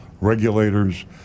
regulators